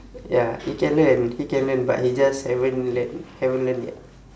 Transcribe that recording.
ya he can learn he can learn but he just haven't learn haven't learn yet